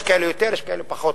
יש כאלה שיותר ויש כאלה שפחות.